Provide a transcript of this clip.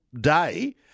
day